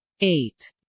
eight